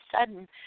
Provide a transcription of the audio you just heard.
sudden